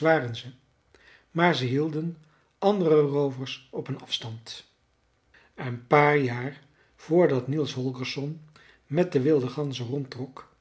waren ze maar ze hielden andere roovers op een afstand een paar jaar voor dat niels holgersson met de wilde ganzen rondtrok